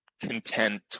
content